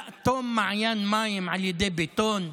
לאטום מעיין מים על ידי בטון,